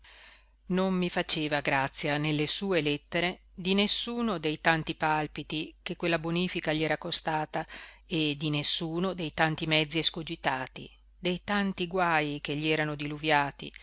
non mi faceva grazia nelle sue lettere di nessuno dei tanti palpiti che quella bonifica gli era costata e di nessuno dei tanti mezzi escogitati dei tanti guaj che gli erano diluviati